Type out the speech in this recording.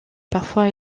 parfois